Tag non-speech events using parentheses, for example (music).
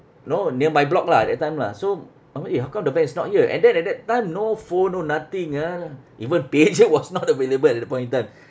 you know near my block lah that time lah so I mean eh how come the van is not here and then at that time no phone no nothing ah even pager (laughs) was not available at the point in time